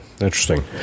Interesting